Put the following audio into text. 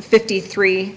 fifty three